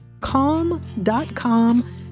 calm.com